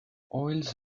oils